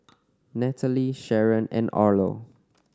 Nataly Sharron and Orlo